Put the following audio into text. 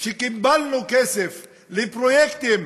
שקיבלנו כסף לפרויקטים